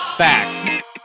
Facts